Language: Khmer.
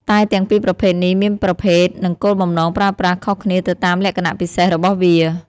តែទាំងពីរប្រភេទនេះមានប្រភេទនិងគោលបំណងប្រើប្រាស់ខុសគ្នាទៅតាមលក្ខណៈពិសេសរបស់វា។